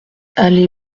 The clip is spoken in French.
allée